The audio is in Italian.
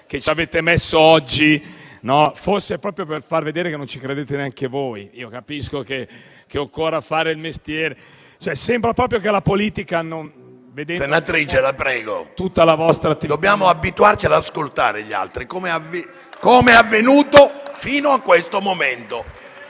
Senatrice, la prego. Dobbiamo abituarci ad ascoltare gli altri, com'è avvenuto fino a questo momento.